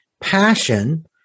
Passion